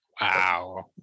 Wow